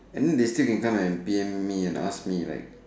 and then they still can come and P_M me and ask me like